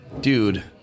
Dude